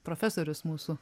profesorius mūsų